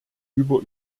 über